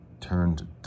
turned